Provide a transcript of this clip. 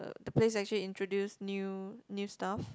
the place actually introduce new new stuff